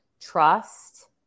trust